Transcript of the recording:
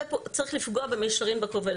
זה צריך לפגוע במישרין בקובל.